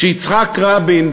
כשיצחק רבין,